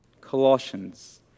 Colossians